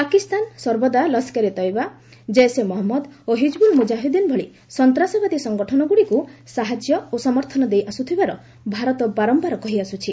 ପାକିସ୍ତାନ ସର୍ବଦା ଲସ୍କରେ ତୟବା ଜେସେ ମହମ୍ମଦ ଓ ହିଜବୁଲ ମୁକ୍ତାହିଦ୍ଦିନ ଭଳି ସନ୍ତସବାଦୀ ସଂଗଠନଗୁଡ଼ିକୁ ସାହାଯ୍ୟ ଓ ସମର୍ଥନ ଦେଇଆସୁଥିବାର ଭାରତ ବାରମ୍ଭାର କହିଆସୁଛି